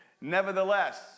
nevertheless